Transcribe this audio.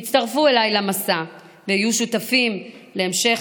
הצטרפו אליי למסע והיו שותפים להמשך